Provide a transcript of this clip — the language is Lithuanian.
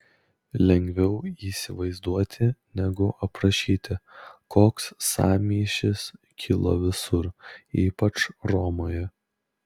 lengviau įsivaizduoti negu aprašyti koks sąmyšis kilo visur ypač romoje